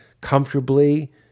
comfortably